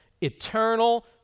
eternal